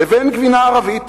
לבין גבינה ערבית.